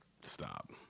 stop